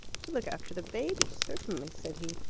to look after the baby, certainly, said he.